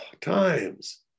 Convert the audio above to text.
times